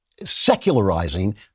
secularizing